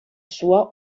sua